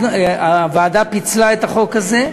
הוועדה פיצלה את החוק הזה,